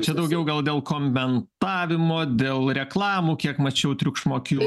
čia daugiau gal dėl komentavimo dėl reklamų kiek mačiau triukšmo kyla